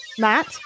Matt